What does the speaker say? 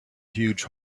huge